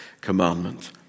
commandment